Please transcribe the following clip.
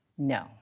No